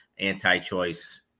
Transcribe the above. anti-choice